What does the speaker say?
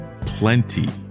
plenty